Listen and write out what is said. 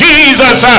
Jesus